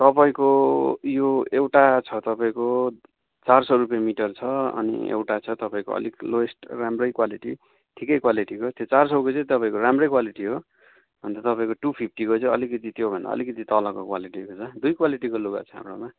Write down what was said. तपाईँको यो एउटा छ तपाईँको चार सौ रुपियाँ मिटर छ अनि एउटा छ तपाईँको अलिक लोएस्ट राम्रै क्वालिटी ठिकै क्वालिटीको त्यो चार सौको चाहिँ तपाईँको राम्रै क्वालिटी हो अन्त तपाईँको टू फिफ्टीको चाहिँ अलिकति त्यो भन्दा अलिकति तलको क्वालिटीको छ दुई क्वालिटीको लुगा छ हाम्रोमा